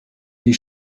die